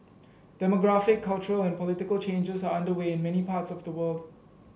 demographic cultural and political changes are underway in many parts of the world